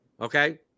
Okay